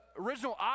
original